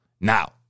Now